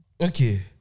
Okay